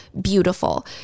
beautiful